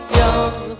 young